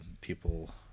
people